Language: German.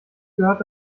gehört